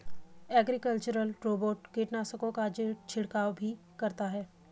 agricultural robot कीटनाशकों का छिड़काव भी करता है